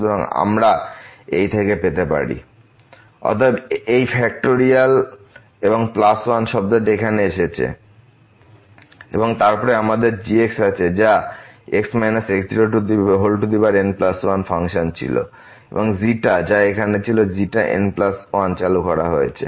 সুতরাং আমরা এই থেকে কি পেতে পারি ⟹RnxgxRnn1n1gn1n1x0n1n1x অতএব এই ফ্যাক্টরিয়াল এবং প্লাস 1 শব্দটি এখানে এসেছে এবং তারপরে আমাদের এই g আছে যা x x0n1 ফাংশন ছিল এবং যা এখানে n1 চালু করা হয়েছে